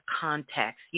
context